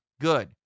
Good